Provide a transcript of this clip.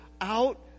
out